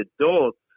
adults